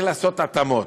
צריך לעשות התאמות.